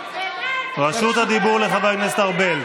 רשות הדיבור לחבר הכנסת ארבל.